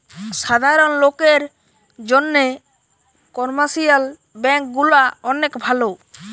সাধারণ লোকের জন্যে কমার্শিয়াল ব্যাঙ্ক গুলা অনেক ভালো